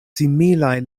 similaj